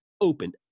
opened